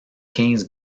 quinze